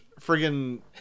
friggin